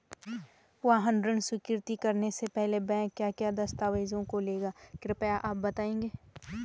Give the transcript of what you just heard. वाहन ऋण स्वीकृति करने से पहले बैंक क्या क्या दस्तावेज़ों को लेगा कृपया आप बताएँगे?